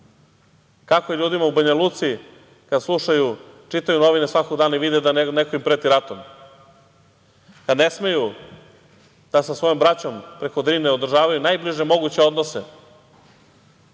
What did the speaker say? Kako je ljudima u Banjaluci kada slušaju, čitaju novine svakog dana i vide da im neko preti ratom, kada ne smeju da sa svojom braćom preko Drine održavaju najbolje moguće odnose.